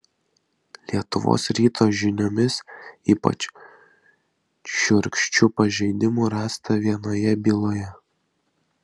lietuvos ryto žiniomis ypač šiurkščių pažeidimų rasta vienoje byloje